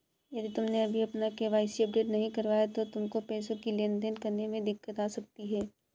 यदि तुमने अभी अपना के.वाई.सी अपडेट नहीं करवाया तो तुमको पैसों की लेन देन करने में दिक्कत आ सकती है